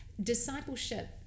discipleship